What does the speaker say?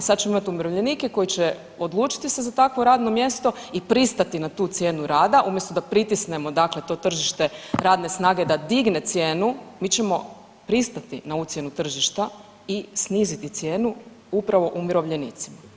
Sad ćemo imati umirovljenike koji će odlučiti se za takvo radno mjesto i pristati na tu cijenu rada umjesto da pritisnemo dakle to tržište radne snage da digne cijenu, mi ćemo pristati na ucjenu tržišta i sniziti cijenu upravo umirovljenicima.